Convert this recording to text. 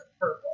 purple